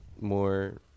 more